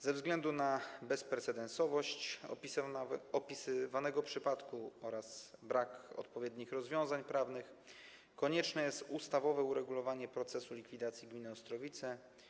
Ze względu na bezprecedensowość opisywanego przypadku oraz brak odpowiednich rozwiązań prawnych konieczne jest ustawowe uregulowanie procesu likwidacji gminy Ostrowice.